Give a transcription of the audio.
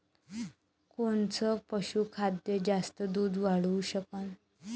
कोनचं पशुखाद्य जास्त दुध वाढवू शकन?